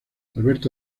alberto